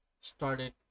started